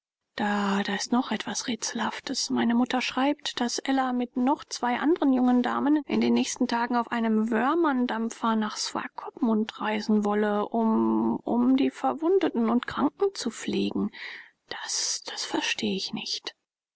da da ist noch etwas rätselhaftes meine mutter schreibt daß ella mit noch zwei andren jungen damen in den nächsten tagen auf einem woermanndampfer nach swakopmund reisen wolle um um die verwundeten und kranken zu pflegen das das verstehe ich nicht